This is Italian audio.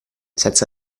senza